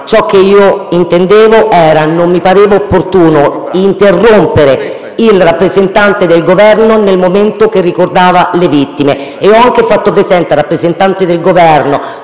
Ciò che intendevo è che non mi pareva opportuno interrompere il rappresentante del Governo nel momento in cui ricordava le vittime e ho anche fatto presente al rappresentante del Governo,